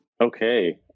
okay